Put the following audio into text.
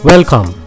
Welcome